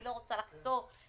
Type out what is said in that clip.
אני לא רוצה לחטוא לאמת,